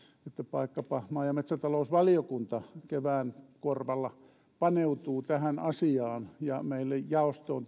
vaikkapa maa ja metsätalousvaliokunta kevään korvalla paneutuu tähän asiaan meille jaostoon